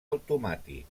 automàtic